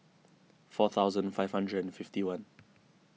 four thousand five hundred and fifty one